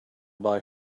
buy